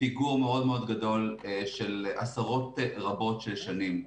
פיגור מאוד מאוד גדול של עשרות רבות של שנים.